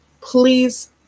please